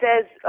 says